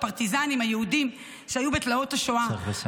הפרטיזנים היהודים שהיו בתלאות השואה -- רק צריך לסיים,